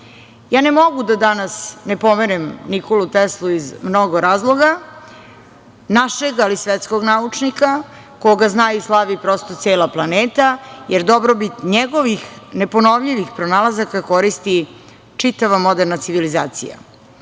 Tesla. Ne mogu da danas ne pomenem Nikolu Teslu iz mnogo razloga, našeg, ali svetskog naučnika koga zna, slavi cela planeta, jer dobrobit njegovih neponovljivih pronalazaka koristi čitava moderna civilizacija. Pre